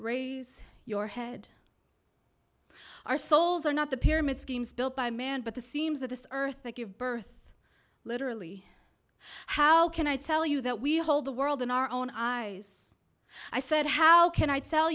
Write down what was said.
raise your head our souls are not the pyramid schemes built by man but the seams of this earth that give birth literally how can i tell you that we hold the world in our own eyes i said how can i tell